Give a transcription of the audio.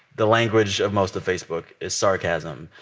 the language of most of facebook is sarcasm.